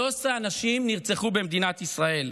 13 אנשים נרצחו במדינת ישראל.